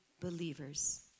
believers